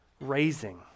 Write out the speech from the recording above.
raising